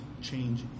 change